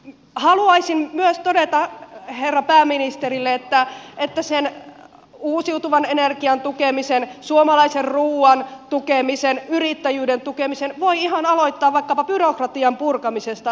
haluaisin myös todeta herra pääministerille että sen uusiutuvan energian tukemisen suomalaisen ruuan tukemisen yrittäjyyden tukemisen voi ihan aloittaa vaikkapa byrokratian purkamisesta